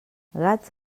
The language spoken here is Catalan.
gats